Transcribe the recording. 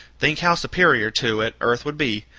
think how superior to it earth would be,